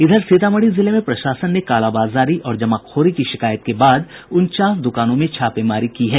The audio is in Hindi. इधर सीतामढ़ी जिले में प्रशासन ने कालाबाजारी और जमाखोरी की शिकायत के बाद उनचास दुकानों में छापेमारी की है